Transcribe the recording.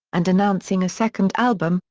and announcing a second album,